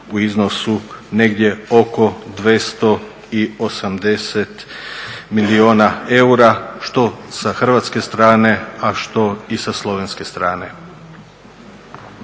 u iznosu negdje oko 280 milijuna eura što sa hrvatske strane, a što i sa slovenske strane.